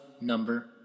number